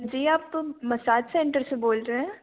जी आप massage centre से बोल रहे हैं